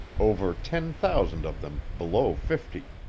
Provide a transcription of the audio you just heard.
over ten thousand of them below fifty.